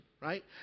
right